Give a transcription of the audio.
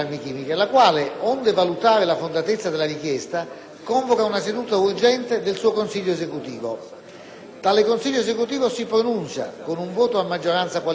esecutivo. Quest'ultimo si pronuncia con un voto a maggioranza qualificata (tre quarti) dei propri membri, rigettando oppure accogliendo la richiesta.